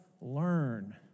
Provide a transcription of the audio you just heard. learn